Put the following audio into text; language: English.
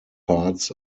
parts